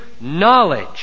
knowledge